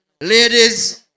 ladies